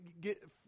get